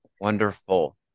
Wonderful